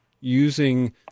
using